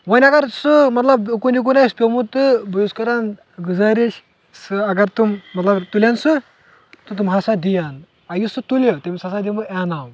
وۅنی اَگر سُہ مطلب اوٗکُن یِکُن آسہِ پٮ۪ومُت تہٕ بہٕ چھُس کَران گُزٲرِش سُہ اَگر تِم مطلب تُلن سُہ تہٕ تِم ہسا دِیَن آ یُس سُہ تُلہِ تٔمِس ہسا دِمہٕ بہٕ انعام